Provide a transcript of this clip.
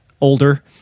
older